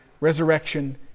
resurrection